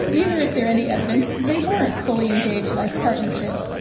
neither is there any evidence they weren't fully engaged life partnerships.